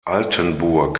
altenburg